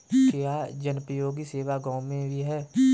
क्या जनोपयोगी सेवा गाँव में भी है?